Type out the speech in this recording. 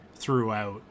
throughout